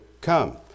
come